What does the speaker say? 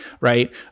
right